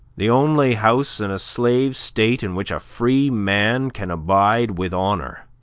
the only house in a slave state in which a free man can abide with honor.